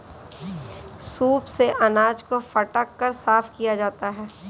soup से अनाज को फटक कर साफ किया जाता है